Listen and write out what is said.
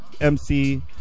MC